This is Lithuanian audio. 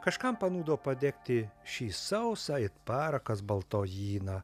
kažkam panūdo padegti šį sausą it parakas baltojyną